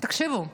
תקשיבו,